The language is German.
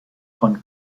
von